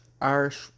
Irish